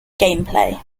gameplay